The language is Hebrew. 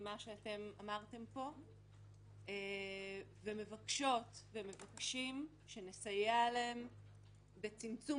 ממה שאתם אמרתם פה ומבקשות ומבקשים שנסייע להם בצמצום